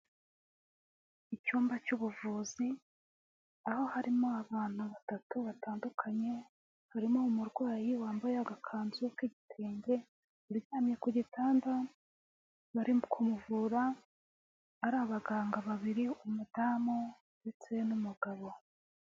Icyumba cy'ubuvuzi aho harimo abantu batatu batandukanye barimo umurwayi wambaye agakanzu k'igitenge, uryamye ku gitanda bari kumuvura, ari abaganga babiri umudamu, ndetse n'umugabo.